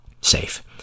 safe